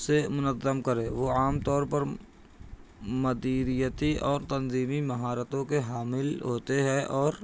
سے منظم کرے وہ عام طور پر مدیریتی اور تنظیمی مہارتوں کے حامل ہوتے ہیں اور